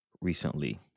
recently